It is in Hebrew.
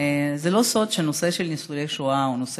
זה לא סוד שהנושא של ניצולי שואה הוא נושא